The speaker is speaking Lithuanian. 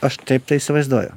aš taip įsivaizduoju